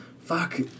Fuck